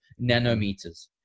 nanometers